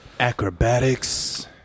Acrobatics